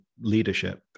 leadership